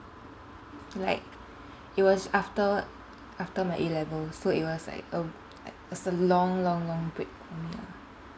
like it was after after my A levels so it was like a it's a long long long break for me lah